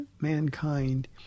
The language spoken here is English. mankind